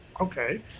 okay